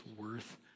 worth